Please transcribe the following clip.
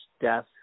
death